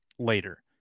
later